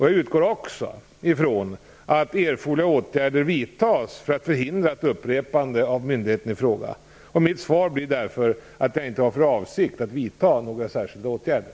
Jag utgår också från att erforderliga åtgärder vidtas för att förhindra ett upprepande från myndigheten i fråga. Mitt svar blir därför att jag inte har för avsikt att vidta några särskilda åtgärder.